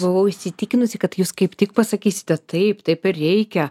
buvau įsitikinusi kad jūs kaip tik pasakysite taip taip ir reikia